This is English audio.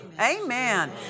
Amen